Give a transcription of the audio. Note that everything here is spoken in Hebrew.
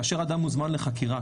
כאשר אדם מוזמן לחקירה,